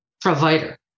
provider